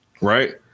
Right